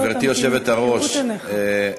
גברתי היושבת-ראש,